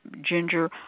ginger